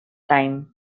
time